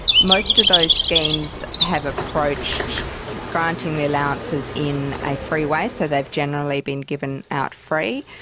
most of those schemes have approached granting the allowances in a free way, so they've generally being given out free.